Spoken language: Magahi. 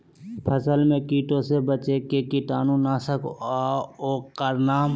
फसल में कीटों से बचे के कीटाणु नाशक ओं का नाम?